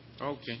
Okay